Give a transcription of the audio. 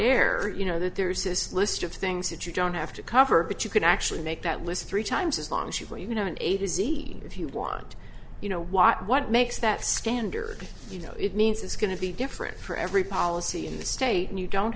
air you know that there's this list of things that you don't have to cover but you can actually make that list three times as long as you want you know an eight is e if you want you know what what makes that standard you know it means it's going to be different for every policy in the state and you don't